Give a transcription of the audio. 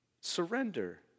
Surrender